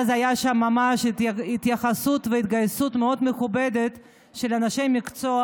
היו שם אז ממש התייחסות והתגייסות מאוד מכובדת של אנשי מקצוע,